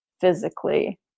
physically